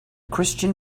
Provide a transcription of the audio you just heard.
christian